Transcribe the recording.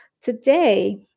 Today